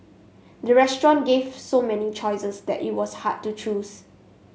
the restaurant gave so many choices that it was hard to choose